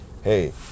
hey